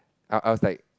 I I was like